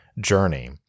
journey